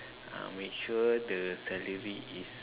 make sure the salary is